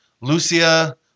Lucia